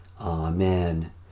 Amen